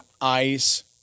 ice